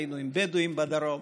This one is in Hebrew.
היינו עם בדואים בדרום.